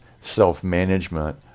self-management